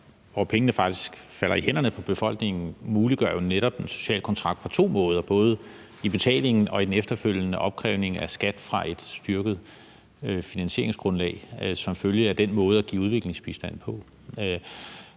hvor pengene faktisk falder i hænderne på befolkningen, muliggør jo netop en social kontrakt på to måder, både i betalingen og i den efterfølgende opkrævning af skat fra et styrket finansieringsgrundlag som følge af den måde at give udviklingsbistand på.